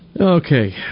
Okay